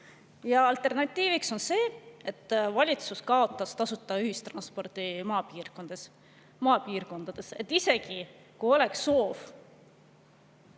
Alternatiiv on see, et valitsus kaotas tasuta ühistranspordi maapiirkondades. Isegi kui oleks soov